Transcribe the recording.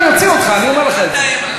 אני אוציא אותך, אני אומר לך את זה.